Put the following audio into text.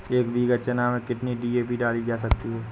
एक बीघा चना में कितनी डी.ए.पी डाली जा सकती है?